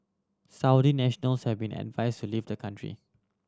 Saudi nationals have been advised to leave the country